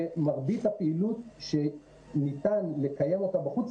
שמרבית הפעילות שניתן לקיים אותה בחוץ,